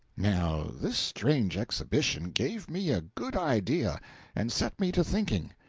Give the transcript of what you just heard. now this strange exhibition gave me a good idea and set me to thinking.